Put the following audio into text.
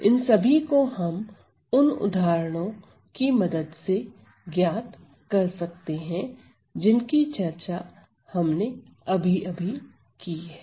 इन सभी को हम उन उदाहरणों की मदद से ज्ञात कर सकते हैं जिनकी चर्चा हमने अभी की है